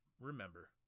remember